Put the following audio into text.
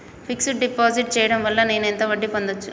Fix డ్ deposit చేయటం వల్ల నేను ఎంత వడ్డీ పొందచ్చు?